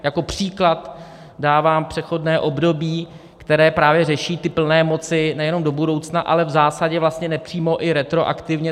Jako příklad dávám přechodné období, které právě řeší ty plné moci nejenom do budoucna, ale v zásadě vlastně nepřímo i retroaktivně.